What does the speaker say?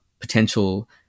potential